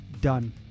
Done